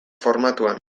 formatuan